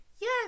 Yes